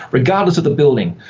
regardless of the building.